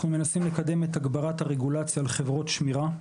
אנחנו מנסים לקדם את הגברת הרגולציה על חברות שמירה,